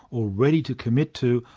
or ready to commit to,